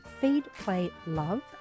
feedplaylove